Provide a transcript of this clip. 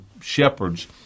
shepherds